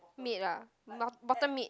mid ah bottom mid